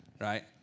right